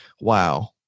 wow